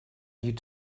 you